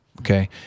Okay